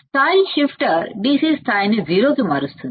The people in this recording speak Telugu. లెవెల్ షిఫ్టర్ DC స్థాయిని సున్నా కి మారుస్తుంది